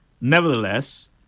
Nevertheless